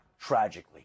tragically